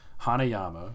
Hanayama